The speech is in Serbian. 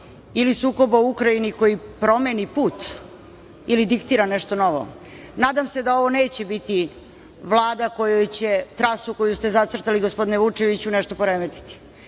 ili sukoba u Ukrajini, koji promeni put ili diktira nešto novo, nadam se da ovo neće biti Vlada kojoj će trasu koju ste zacrtali, gospodine Vučeviću, nešto poremetiti,